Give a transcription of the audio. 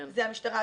זה המשטרה.